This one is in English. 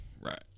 Right